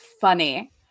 funny